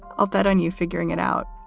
i'll bet on you figuring it out